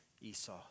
Esau